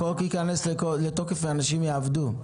החוק ייכנס לתוקף ואנשים יעבדו.